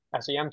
SEM